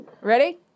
Ready